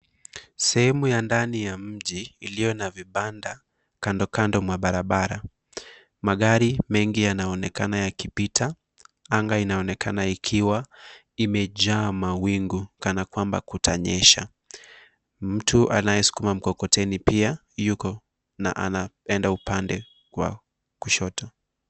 Sehemu ya ndani ya mji iliyo na vibanda kandokando mwa barabara, magari mengi yanaonekana yakipita, anga inaonekana ikiwa imejaa mawingu kana kwamba kutanyesha, Mtu anayesukuma mkokoteni pia yuko na anaenda upande wa kushoto.